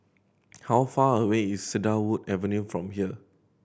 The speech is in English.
how far away is Cedarwood Avenue from here